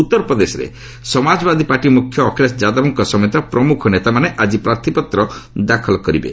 ଉତ୍ତରପ୍ରଦେଶରେ ସମାଜବାଦୀ ପାର୍ଟି ମୁଖ୍ୟ ଅଖିଳେଶ ଯାଦବଙ୍କ ସମେତ ପ୍ରମୁଖ ନେତାମାନେ ଆକି ପ୍ରାର୍ଥୀପତ୍ର ଦାଖଲ କରିବେ